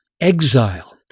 exile